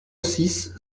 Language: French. six